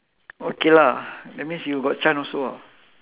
okay lah that means you got chance also ah